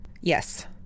Yes